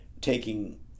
taking